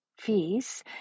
fees